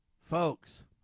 Folks